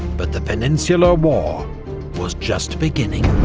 but the peninsular war was just beginning.